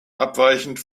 abweichend